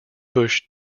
bush